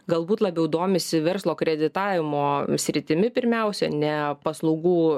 galbūt labiau domisi verslo kreditavimo sritimi pirmiausia ne paslaugų